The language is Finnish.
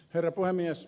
herra puhemies